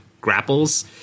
grapples